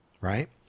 right